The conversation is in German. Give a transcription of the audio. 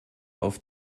auf